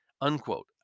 unquote